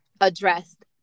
addressed